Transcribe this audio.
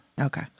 Okay